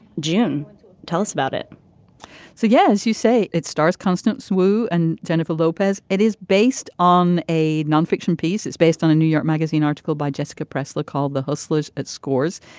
jim tell us about it so yes you say it stars constance wu and jennifer lopez. it is based on a nonfiction piece it's based on a new york magazine article by jessica pressler called the hustlers at scores.